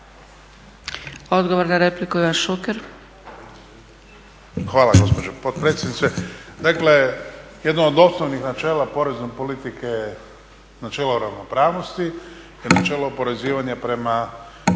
Odgovor na repliku Ivan Šuker. **Šuker, Ivan (HDZ)** Hvala lijepa gospođo potpredsjednice. Dakle jedno od osnovnih načela porezne politike načelo ravnopravnosti je načelo oporezivanja prema